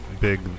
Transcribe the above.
big